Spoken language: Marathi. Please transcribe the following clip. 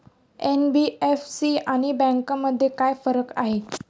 एन.बी.एफ.सी आणि बँकांमध्ये काय फरक आहे?